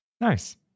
nice